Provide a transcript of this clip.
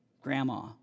grandma